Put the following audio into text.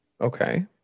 Okay